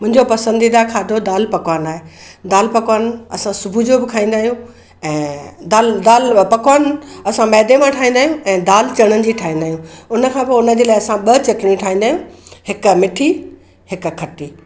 मुंहिंजो पसंदीदा खाधो दालि पकवान आहे दालि पकवान असां सुबुह जो बि खाईंदा आहियूं ऐं दालि दालि पकवान असां मैदे मां ठाहींदा आहियूं ऐं दालि चणनि जी ठाईंदा आयूं उनखां पोइ उनजे लाइ असां ॿ चटणी ठाहींदा आहियूं हिकु मिठी हिकु खटी